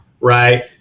right